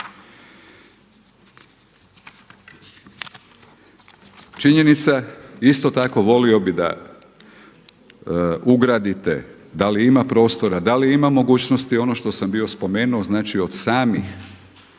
Činjenica isto tako volio bih da ugradite da li ima prostora, da li ima mogućnosti ono što sam bio spomenuo, znači od samih